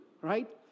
right